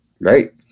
right